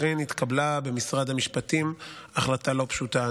לכן התקבלה במשרד המשפטים החלטה לא פשוטה.